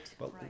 right